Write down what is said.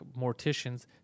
morticians